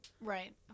right